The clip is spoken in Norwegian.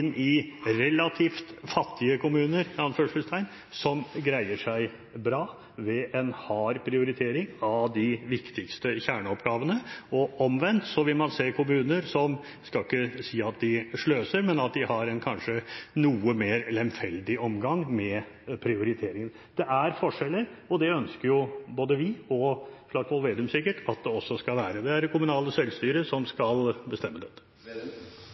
inn i relativt fattige kommuner – i anførselstegn – som greier seg bra ved en hard prioritering av de viktigste kjerneoppgavene, og omvendt vil man se kommuner som, jeg skal ikke si at de sløser, men at de kanskje har en noe mer lemfeldig omgang med prioriteringer. Det er forskjeller, og det ønsker jo både vi og sikkert også Slagsvold Vedum at det skal være. Det er det kommunale selvstyret som skal bestemme dette.